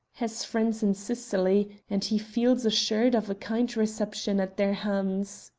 has friends in sicily, and he feels assured of a kind reception at their hands